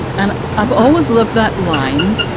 and i've always loved that line.